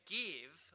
give